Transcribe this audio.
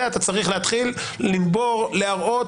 אתה צריך להתחיל לנבור ולהראות,